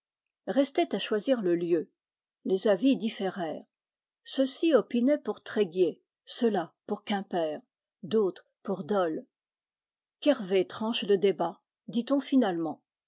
restait à choisir le lieu les avis différèrent ceux-ci opi naient pour tréguier ceux-là pour quimper d'autres pour dol qu'hervé tranche le débat dit-on finalement